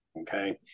Okay